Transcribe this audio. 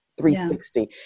360